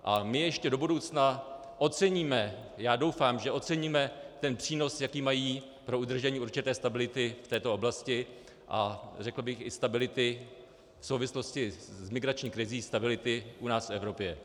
A my ještě do budoucna oceníme, já doufám, že oceníme, ten přínos, jaký mají pro udržení určité stability v této oblasti a řekl bych i stability v souvislosti s migrační krizí, stability u nás v Evropě.